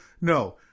No